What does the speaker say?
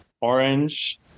orange